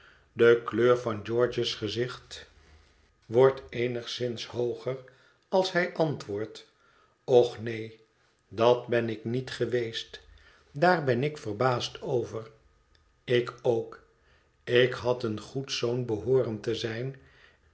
de kleur van george's gezicht wordt eenigszins hooger als hij antwoordt och neen dat ben ik niet geweest daar ben ik verbaasd over ik ook ik had een goed zoon behooren te zijn